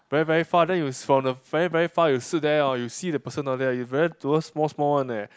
very very far then you s~ from the very very far you sit there hor you see the person down there you very towards small small one eh